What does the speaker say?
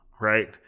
right